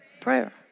prayer